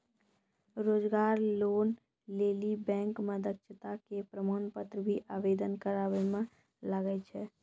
रोजगार लोन लेली बैंक मे दक्षता के प्रमाण पत्र भी आवेदन करबाबै मे लागै छै?